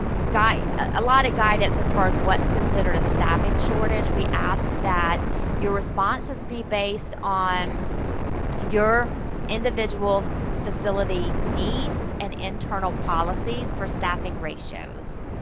a lot of guidance as far as what's considered a staffing shortage. we ask that your responses be based on your individual facility needs and internal policies for staffing ratios.